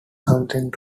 something